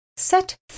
Set